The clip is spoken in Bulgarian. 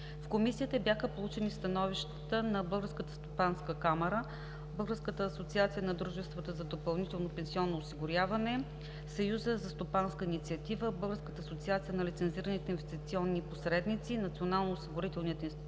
В Комисията бяха получени становищата на Българската стопанка камара, Българската асоциация на дружествата за допълнително пенсионно осигуряване, Съюза за стопанска инициатива, Българската асоциация на лицензираните инвестиционни посредници, Националния осигурителен институт